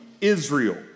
Israel